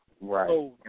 Right